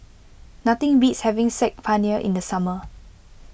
nothing beats having Saag Paneer in the summer